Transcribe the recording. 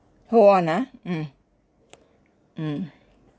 whole one ah mm mm